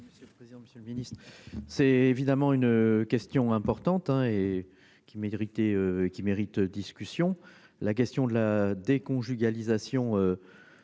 c'est évidemment une question importante et qui qui mérite discussion la question de la déconjugalisation